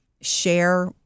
share